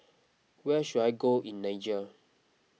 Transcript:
where should I go in Niger